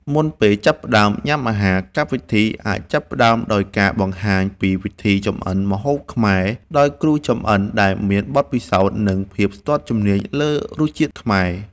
មុនពេលចាប់ផ្ដើមញ៉ាំអាហារ កម្មវិធីអាចចាប់ផ្តើមដោយការបង្ហាញពីវិធីចម្អិនម្ហូបខ្មែរដោយគ្រូចម្អិនដែលមានបទពិសោធន៍ និងភាពស្ទាត់ជំនាញលើរសជាតិខ្មែរ។